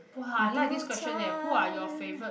Bhutan